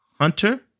Hunter